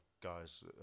guys